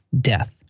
death